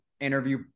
interview